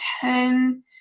ten